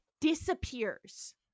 disappears